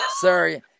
sorry